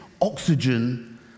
oxygen